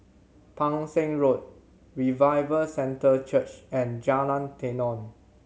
Pang Seng Road Revival Centre Church and Jalan Tenon